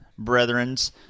Brethren's